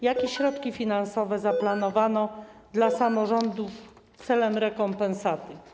Jakie środki finansowe zaplanowano dla samorządów celem rekompensaty?